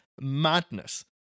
madness